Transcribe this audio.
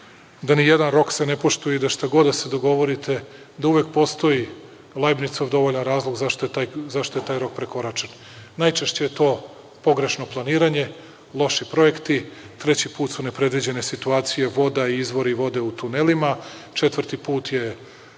se ni jedan rok ne poštuje i da šta god da se dogovorite, uvek postoji Lajbnicov dovoljan razlog zašto je taj rok prekoračen. Najčešće je to pogrešno planiranje, loši projekti, treći put su nepredviđene situacije, voda, izvori vode u tunelima, četvrti put je